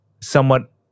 somewhat